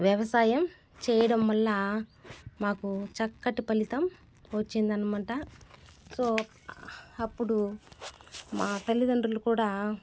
వ్యవసాయం చేయడం వల్ల మాకు చక్కటి ఫలితం వచ్చిందనమాట సో అప్పుడు మా తల్లిదండ్రులు కూడా